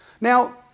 Now